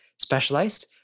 specialized